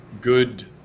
good